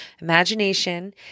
imagination